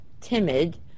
timid